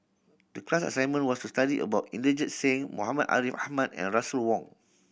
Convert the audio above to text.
the class assignment was to study about Inderjit Singh Muhammad Ariff Ahmad and Russel Wong